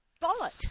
Bullet